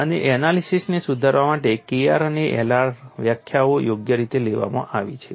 અને એનાલિસીસને સુધારવા માટે Kr અને Lr વ્યાખ્યાઓ યોગ્ય રીતે લેવામાં આવી છે